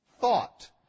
thought